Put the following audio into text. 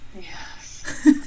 Yes